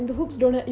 mm